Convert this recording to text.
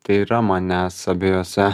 tai yra manęs abiejose